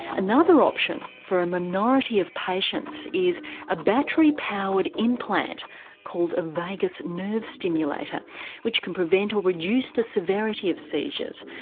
another option for a minority of patients is a battery powered implant called a vagus nerve stimulator which can prevent or reduce the severity of seizures.